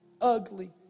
ugly